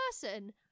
person